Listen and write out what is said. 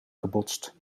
gebotst